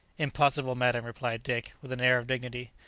impossible, madam, replied dick, with an air of dignity,